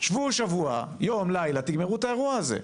שבו שבוע, יום-לילה, תגמרו את האירוע הזה.